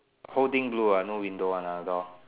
whole thing blue ah no window one ah the door